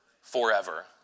forever